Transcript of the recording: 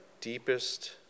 deepest